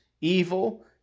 evil